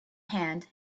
hand